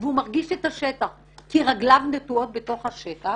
והוא מרגיש את השטח כי רגליו נטועות בתוך השטח